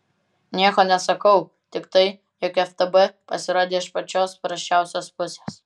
nieko nesakau tik tai jog ftb pasirodė iš pačios prasčiausios pusės